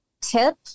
tip